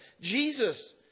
Jesus